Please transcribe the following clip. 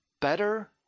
better